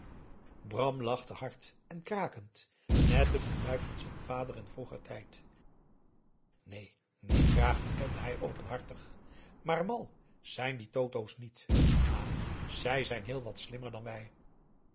bram lachte hard en krakend net het geluid van z'n vader in vroeger tijd neen niet graag bekende hij openhartig maar mal zijn die totohs niet ma zij zijn heel wat slimmer dan wij